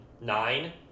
Nine